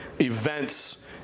events